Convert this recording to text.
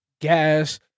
gas